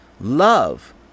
love